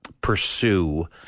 pursue